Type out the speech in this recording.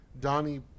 Donnie